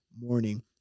morning